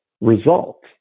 result